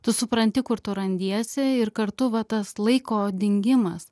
tu supranti kur tu randiesi ir kartu va tas laiko dingimas